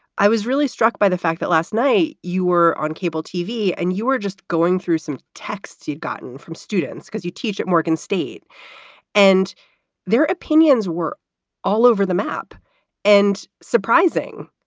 i was really struck by the fact that last night you were on cable tv and you were just going through some texts you've gotten from students because you teach at morgan state and their opinions were all over the map and surprising,